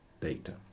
data